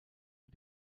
wir